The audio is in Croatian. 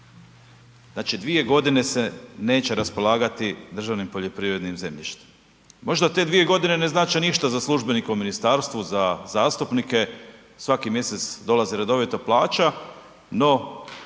Znači dvije godine se neće raspolagati državnim poljoprivrednim zemljištem. Možda te dvije godine ne znače ništa za službenike u ministarstvu, za zastupnike, svaki mjesec dolaze redovito plaća, no